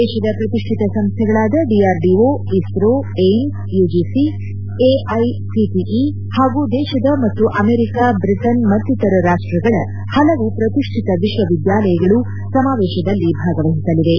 ದೇಶದ ಪ್ರತಿಷ್ಣಿತ ಸಂಸ್ಥೆಗಳಾದ ದಿಆರ್ಡಿಒ ಇಸ್ರೋ ಏಮ್ಪ್ ಯುಜಿಸಿ ಎಐಸಿಟಿಇ ಹಾಗೂ ದೇಶದ ಮತ್ತು ಅಮೆರಿಕ ಬ್ರಿಟನ್ ಮತ್ತಿತರ ರಾಷ್ವಗಳ ಹಲವು ಪ್ರತಿಷ್ಠಿತ ವಿಶ್ವವಿದ್ಯಾಲಯಗಳು ಸಮಾವೇಶದಲ್ಲಿ ಭಾಗವಹಿಸಲಿವೆ